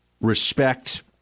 respect